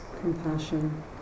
compassion